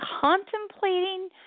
contemplating –